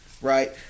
right